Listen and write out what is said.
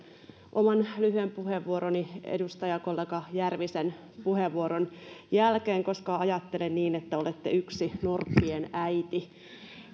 oman lyhyen puheenvuoroni edustajakollega järvisen puheenvuoron jälkeen koska ajattelen niin että olette yksi norppien äiti